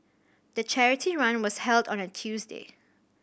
the charity run was held on a Tuesday